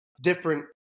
different